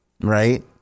right